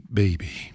baby